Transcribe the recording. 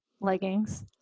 leggings